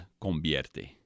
convierte